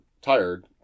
tired